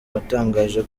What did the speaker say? watangaje